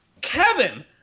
Kevin